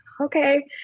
okay